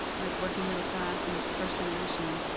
like, working middle class and who's first-generation,